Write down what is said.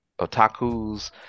otakus